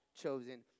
chosen